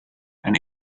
and